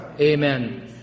amen